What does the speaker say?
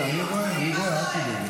מתי שתביא לי את הכדורים,